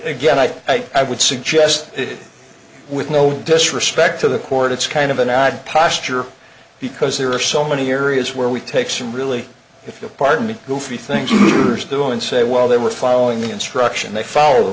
again i would suggest it with no disrespect to the court it's kind of an odd posture because there are so many areas where we take some really if you'll pardon me goofy things you do and say well they were following the instruction they fall off the